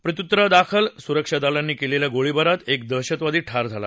प्रत्युत्तरादाखल सुरक्षा दलांनी केलेल्या गोळीबारात एक दहशतवादी ठार झाला